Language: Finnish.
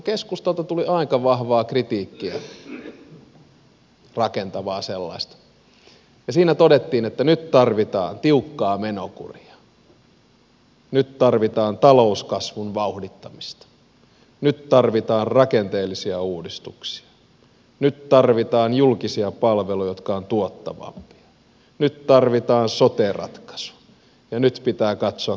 keskustalta tuli aika vahvaa kritiikkiä rakentavaa sellaista ja siinä todettiin että nyt tarvitaan tiukkaa menokuria nyt tarvitaan talouskasvun vauhdittamista nyt tarvitaan rakenteellisia uudistuksia nyt tarvitaan julkisia palveluja jotka ovat tuottavia nyt tarvitaan sote ratkaisu nyt pitää katsoa kuntien tehtäviä